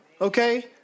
okay